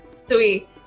Sweet